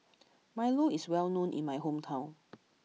Milo is well known in my hometown